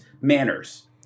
manners